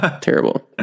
terrible